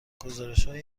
گزارشهای